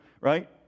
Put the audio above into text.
right